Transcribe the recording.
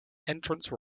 entrance